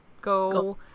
go –